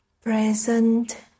present